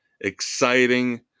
exciting